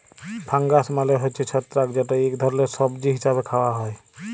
fungus মালে হছে ছত্রাক যেট ইক ধরলের সবজি হিসাবে খাউয়া হ্যয়